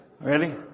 Ready